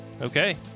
Okay